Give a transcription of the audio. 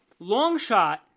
Longshot